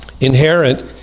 inherent